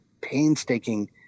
painstaking